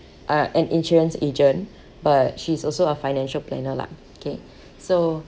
uh an insurance agent but she's also a financial planner lah okay so